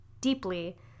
deeply